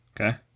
Okay